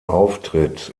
auftritt